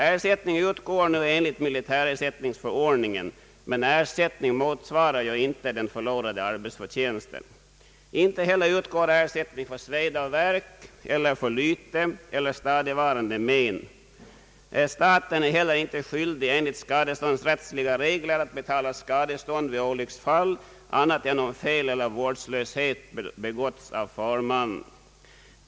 Ersättning utgår nu enligt militärersättningsförordningen, men <ersättningen motsvarar inte den förlorade arbetsförtjänsten. Inte heller utgår ersättning för sveda och värk samt för lyte eller stadigvarande men. Staten är enligt skadeståndsrättsliga regler inte heller skyldig att betala skadestånd vid olycksfall annat än om fel eller vårdslöshet begåtts av förman.